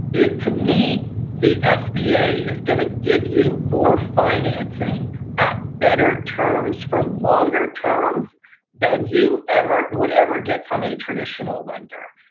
it to me the sba is going to give you more financing at better terms for longer terms than you ever would ever get from a traditional lender.